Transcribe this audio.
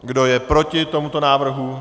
Kdo je proti tomuto návrhu?